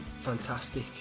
fantastic